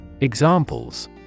Examples